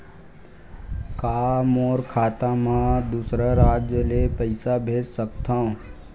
का मोर खाता म दूसरा राज्य ले पईसा भेज सकथव?